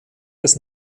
des